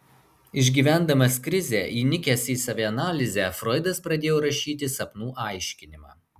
išgyvendamas krizę įnikęs į savianalizę froidas pradėjo rašyti sapnų aiškinimą